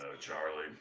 Charlie